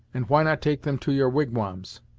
and why not take them to your wigwams?